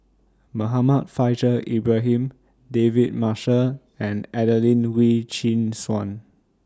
Muhammad Faishal Ibrahim David Marshall and Adelene Wee Chin Suan